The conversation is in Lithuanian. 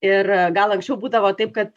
ir gal anksčiau būdavo taip kad